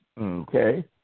Okay